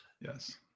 Yes